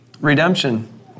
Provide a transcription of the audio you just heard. Redemption